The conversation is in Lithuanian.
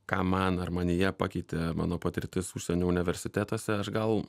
ką man ar manyje pakeitė mano patirtis užsienio universitetuose aš gal